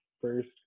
first